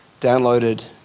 downloaded